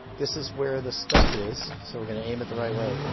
this is where the stuff is so we're going to aim it the right way.